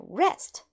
rest